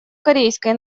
корейской